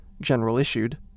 general-issued